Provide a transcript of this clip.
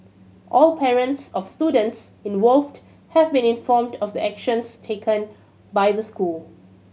all parents of students involved have been informed of the actions taken by the school